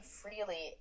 freely